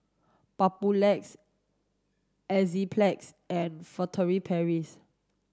Papulex Enzyplex and Furtere Paris